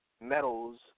metals